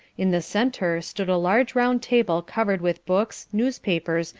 in the centre stood a large round table covered with books, newspapers,